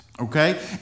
okay